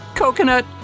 coconut